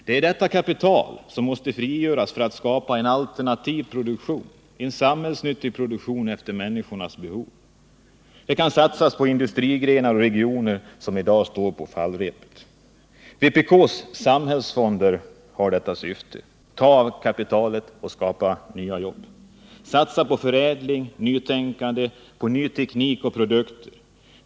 Det är detta kapital som måste frigöras för att skapa möjligheter till alternativ produktion, samhällsnyttig produktion efter människors behov. Det kan satsas i industrigrenar och i regioner som i dag är på fallrepet. Vpk:s samhällsfonder har detta syfte. Ta av kapitalet och skapa nya jobb! Satsa på förädling och nytänkande, på ny teknik och nya produkter!